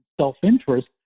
self-interest